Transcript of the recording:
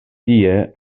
tie